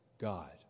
God